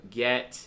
get